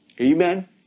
Amen